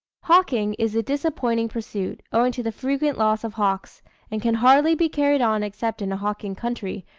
hawking is a disappointing pursuit, owing to the frequent loss of hawks and can hardly be carried on except in a hawking country,